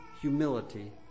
humility